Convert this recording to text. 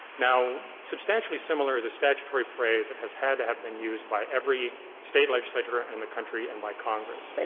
now, substantially similar is a statutory phrase that has had to have been used by every state legislature in the country and by congress.